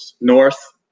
north